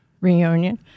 reunion